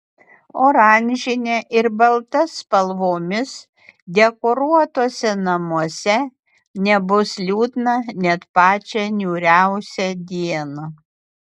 oranžine ir balta spalvomis dekoruotuose namuose nebus liūdna net pačią niūriausią dieną